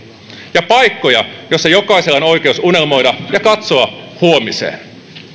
ja paikkoja joissa jokaisella on oikeus unelmoida ja katsoa huomiseen